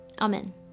Amen